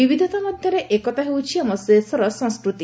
ବିବିଧତା ମଧ୍ୟରେ ଏକତା ହେଉଛି ଆମ ଦେଶର ସଂସ୍କୃତି